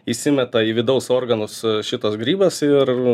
įsimeta į vidaus organus šitas grybas ir